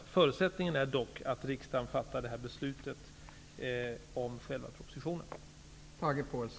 En förutsättning är dock att riksdagen fattar beslut om själva propositionen.